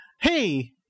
Hey